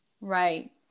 right